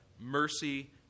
mercy